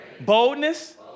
boldness